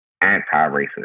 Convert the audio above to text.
anti-racist